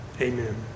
Amen